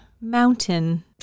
mountain